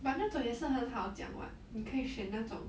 but 那种也是很好讲 [what] 你可以选那种